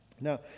Now